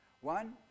One